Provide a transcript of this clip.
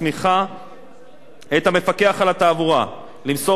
את המפקח על התעבורה למסור לתאגידים אלו התראה,